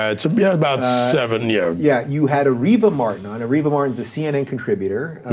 ah it's but yeah about seven. yeah yeah, you had areva martin on. areva martin's a cnn contributor.